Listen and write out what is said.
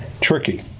tricky